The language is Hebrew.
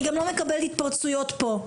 אני גם לא מקבלת התפרצויות פה.